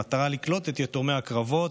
במטרה לקלוט את יתומי הקרבות,